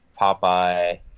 Popeye